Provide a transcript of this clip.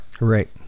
Right